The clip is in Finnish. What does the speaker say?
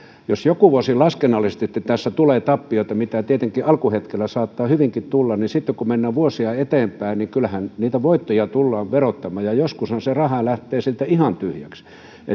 jos joku vuosi laskennallisesti tässä tulee tappiota mitä tietenkin alkuhetkellä saattaa hyvinkin tulla niin kyllähän sitten kun mennään vuosia eteenpäin niitä voittoja tullaan verottamaan ja joskushan se tili lähtee sieltä ihan tyhjäksi